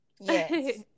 yes